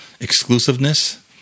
exclusiveness